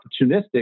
opportunistic